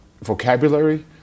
vocabulary